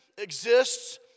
Exists